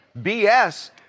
BS